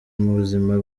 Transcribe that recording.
ubuzima